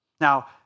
Now